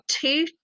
two